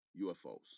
UFOs